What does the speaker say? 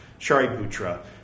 Shariputra